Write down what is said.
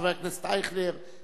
חבר הכנסת אייכלר,